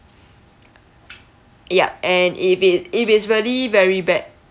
yup and if it if it's really very bad